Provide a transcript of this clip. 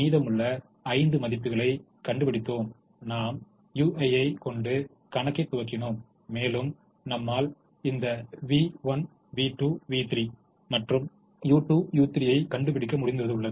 மீதமுள்ள 5 மதிப்புகளைக் கண்டுபிடித்தோம் நாம் u1 ஐ கொண்டு கணக்கை துவக்கினோம் மேலும் நம்மால் இந்த v1 v2 v3 மற்றும் u2 u3 ஐக் கண்டுபிடிக்க முடிந்ததுள்ளது